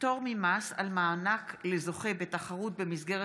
(פטור ממס על מענק לזוכה בתחרות במסגרת